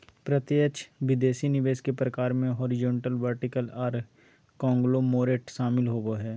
प्रत्यक्ष विदेशी निवेश के प्रकार मे हॉरिजॉन्टल, वर्टिकल आर कांगलोमोरेट शामिल होबो हय